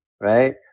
right